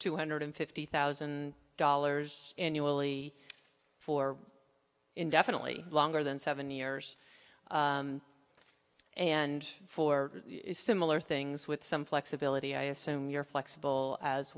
two hundred fifty thousand dollars annually for indefinitely longer than seven years and for similar things with some flexibility i assume you're flexible as